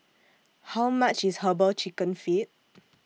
How much IS Herbal Chicken Feet